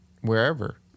Wherever